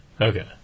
Okay